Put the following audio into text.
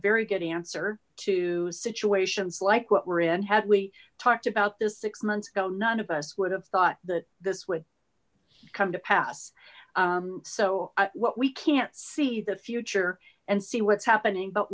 very good answer to situations like what we're in had we talked about this six months ago none of us would have thought that this would come to pass so what we can't see the future and see what's happening but